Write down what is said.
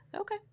Okay